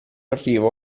arrivo